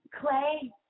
clay